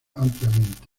ampliamente